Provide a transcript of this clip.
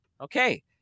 Okay